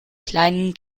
kleinen